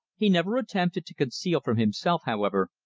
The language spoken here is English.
he never attempted to conceal from himself, however,